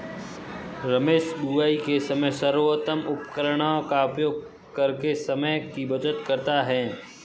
रमेश बुवाई के समय सर्वोत्तम उपकरणों का उपयोग करके समय की बचत करता है